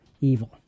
evil